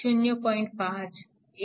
1 A 0